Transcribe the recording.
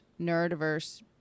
neurodiverse